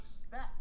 expect